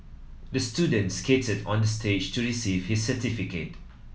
the student skated on the stage to receive his certificate